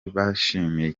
babyishimiye